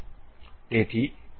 તેથી તે આપમેળે પસંદ થયેલ છે